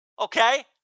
okay